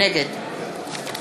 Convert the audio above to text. נגד